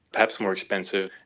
perhaps more expensive,